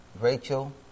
Rachel